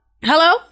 Hello